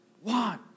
one